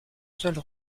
seule